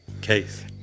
case